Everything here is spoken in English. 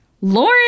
Lauren